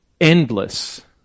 endless